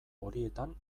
horietan